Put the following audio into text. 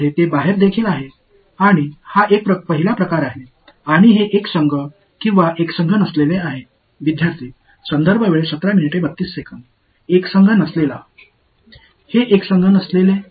மேலும் இது ஹோமோஜினியஸா அல்லது நான் ஹோமோஜினியஸா மாணவர் நான் ஹோமோஜினியஸ் இது நான் ஹோமோஜினியஸ் ஏன்